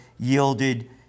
yielded